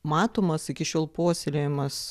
matomas iki šiol puoselėjamas